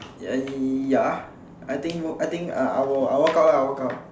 uh ya I think will I think uh I will I ah walk out lah walk out